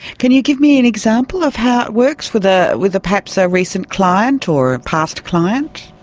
can you give me an example of how it works, with ah with perhaps a recent client or past client?